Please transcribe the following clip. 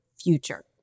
future